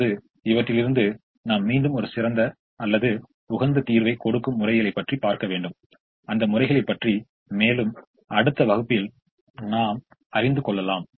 இப்போது நாம் இதில் எவ்வளவு அலகை கொண்டு எப்படி இங்கிருக்கும் கட்டத்தை பூர்த்தி செய்கிறோம் என்பதை அடுத்த வகுப்பில் பார்ப்போம்